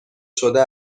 شده